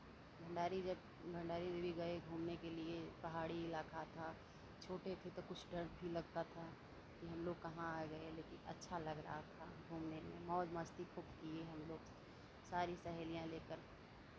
भंडारी जब भंडारी देवी गये घूमने के लिये पहाड़ी इलाका था छोटे थे तो कुछ डर भी लगता था कि हमलोग कहां आ गये लेकिन अच्छा लग रहा था घूमने में मौज मस्ती खूब किये हमलोग सारी सहेलियां लेकर